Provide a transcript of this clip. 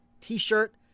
t-shirt